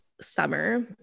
summer